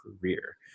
career